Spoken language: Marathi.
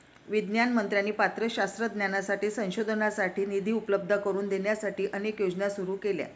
विज्ञान मंत्र्यांनी पात्र शास्त्रज्ञांसाठी संशोधनासाठी निधी उपलब्ध करून देण्यासाठी अनेक योजना सुरू केल्या